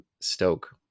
stoke